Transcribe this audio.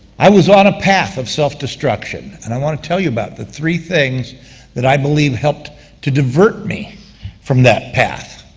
i was on a path of self-destruction, and i want to tell you about the three things that i believe helped to divert me from that path.